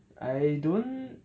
I don't